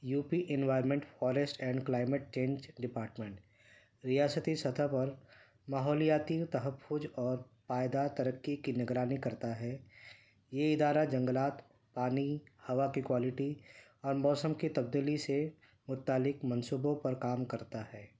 you P environment forest and climate change department ریاستی سطح پر ماحولیاتی تحفظ اور پائیدار ترقی کی نگرانی کرتا ہے یہ ادارہ جنگلات پانی ہوا کی کوالٹی اور موسم کی تبدیلی سے متعلک منصوبوں پر کام کرتا ہے